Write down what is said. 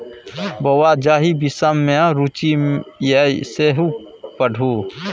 बौंआ जाहि विषम मे रुचि यै सैह पढ़ु